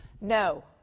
No